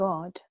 God